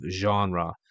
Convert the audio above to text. genre